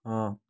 ହଁ